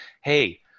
hey